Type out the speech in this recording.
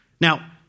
Now